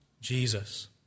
Jesus